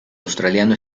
australiano